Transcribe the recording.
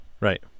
Right